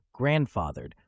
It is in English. grandfathered